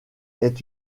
est